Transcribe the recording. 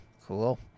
Cool